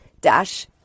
dash